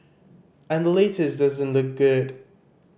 and the latest doesn't look good